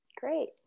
Great